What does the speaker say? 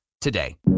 today